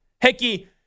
Hickey